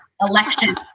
election